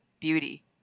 beauty